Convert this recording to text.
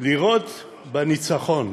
לראות בניצחון,